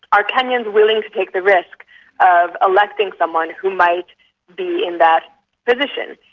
are kenyans willing to take the risk of electing someone who might be in that position?